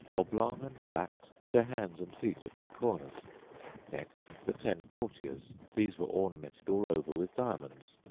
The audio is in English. oblong and flat, with their hands and feet at the corners next the ten courtiers these were ornamented all over with diamonds,